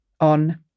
on